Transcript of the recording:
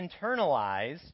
internalize